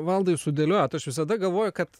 valdai sudėliojot aš visada galvoju kad